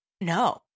No